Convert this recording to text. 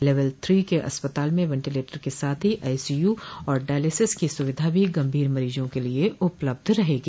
level three के अस्पताल में वेंटिलेटर के साथ ही आईसीयू और डायलिसिस की सुविधा भी गंभीर मरीजों के लिए उपलब्ध रहेगी